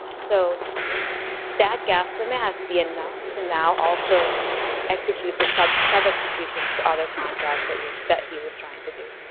so that gas limit has to be enough to now also execute the so sub-executions to other contracts that that he was trying to do.